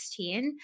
2016